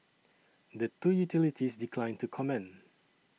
the two utilities declined to comment